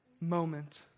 moment